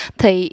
thì